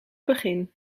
begin